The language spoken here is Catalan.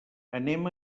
anem